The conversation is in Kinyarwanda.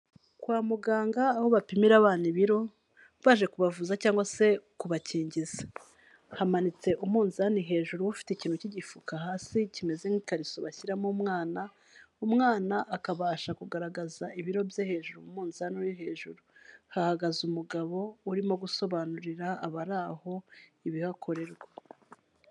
Kwa muganga aho bapimira abana ibiro baje kubavuza cyangwa se kubakingiza. Hamanitse umunzani hejuru uba ufite ikintu k'igifuka hasi kimeze nk'ikariso bashyiramo umwana, umwana akabasha kugaragaza ibiro bye hejuru mu munzani uri hejuru, hahagaze umugabo urimo gusobanurira abari aho ibihakorerwa.